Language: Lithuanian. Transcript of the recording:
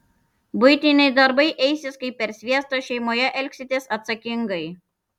buitiniai darbai eisis kaip per sviestą šeimoje elgsitės atsakingai